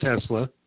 Tesla